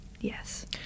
Yes